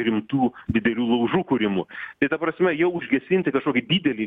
rimtų didelių laužų kūrimu tai ta prasme jau užgesinti kažkokį didelį